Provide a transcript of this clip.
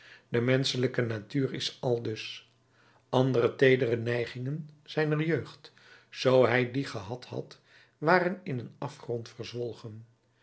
de menschelijke natuur is aldus andere teedere neigingen zijner jeugd zoo hij die gehad had waren in een afgrond verzwolgen